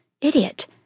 Idiot